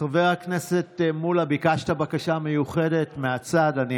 חבר הכנסת מולא, ביקשת בקשה מיוחדת מהצד.